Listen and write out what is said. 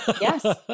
Yes